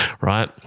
right